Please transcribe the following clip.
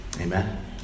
Amen